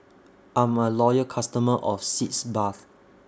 I'm A Loyal customer of Sitz Bath